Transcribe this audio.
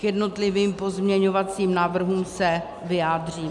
K jednotlivým pozměňovacím návrhům se vyjádřím.